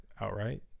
Outright